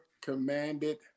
commanded